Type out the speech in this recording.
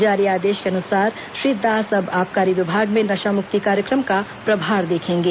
जारी आदेश के अनुसार श्री दास अब आबकारी विभाग में नशामुक्ति कार्यक्रम का प्रभार देखेंगे